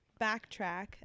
backtrack